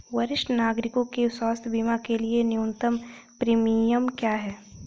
वरिष्ठ नागरिकों के स्वास्थ्य बीमा के लिए न्यूनतम प्रीमियम क्या है?